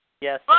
Yes